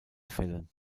fällen